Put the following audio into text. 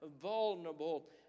vulnerable